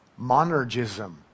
Monergism